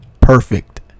perfect